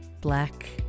black